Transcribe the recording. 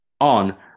on